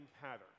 pattern